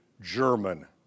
German